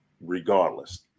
regardless